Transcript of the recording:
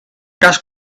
cas